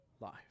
life